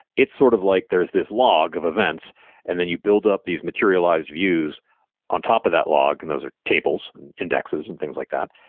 it's sort of like there's this log of events and then you build up these materialized views on top of that log, and those are tables, and indexes, and things like that,